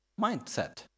mindset